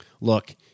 Look